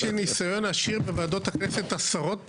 יש לי ניסיון עשיר בוועדות הכנסת, עשרות בשנים,